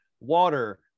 water